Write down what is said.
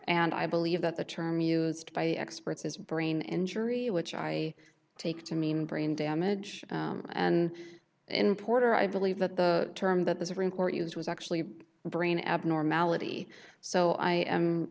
and i believe that the term used by experts is brain injury which i take to mean brain damage and in puerto i believe that the term that the supreme court used was actually brain abnormality so i